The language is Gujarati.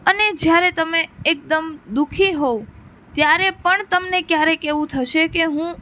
અને જ્યારે તમે એકદમ દુખી હોઉં ત્યારે પણ તમને ક્યારેક એવું થશે કે હું